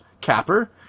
Capper